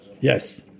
Yes